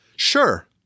Sure